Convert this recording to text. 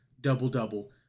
double-double